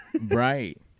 Right